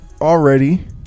already